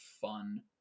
fun